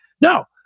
No